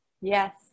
Yes